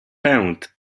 pęd